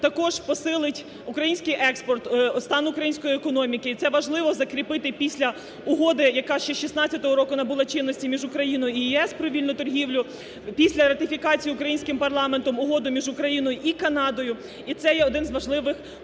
також посилить український експорт, стан української економіки. Це важливо закріпити після угоди, яка ще 2016 року набула чинності між Україною і ЄС про вільну торгівлю, після ратифікації українським парламентом Угоди між Україною і Канадою. І це є один з важливих